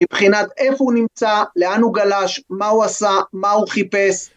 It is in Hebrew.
מבחינת איפה הוא נמצא, לאן הוא גלש, מה הוא עשה, מה הוא חיפש